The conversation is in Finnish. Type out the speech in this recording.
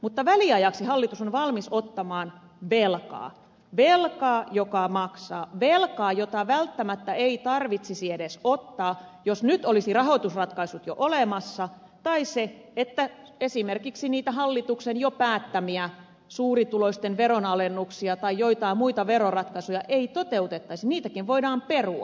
mutta väliajaksi hallitus on valmis ottamaan velkaa velkaa joka maksaa velkaa jota välttämättä ei tarvitsisi edes ottaa jos nyt olisi rahoitusratkaisut jo olemassa tai se että esimerkiksi niitä hallituksen jo päättämiä suurituloisten veronalennuksia tai joitain muita veroratkaisuja ei toteutettaisi sillä niitäkin voidaan perua